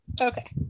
Okay